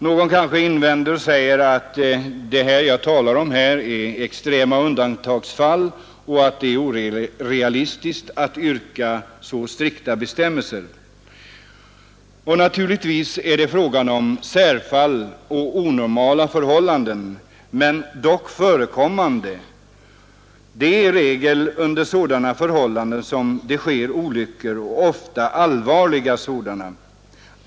Någon kanske invänder att det här är fråga om extrema undantagsfall och att det är orealistiskt att påyrka så strikta bestämmelser. Naturligtvis är det fråga om särfall och onormala förhållanden med dock förekommande. Det är i regel under sådana förhållanden som det sker olyckor och ofta allvarliga sådana.